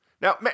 Now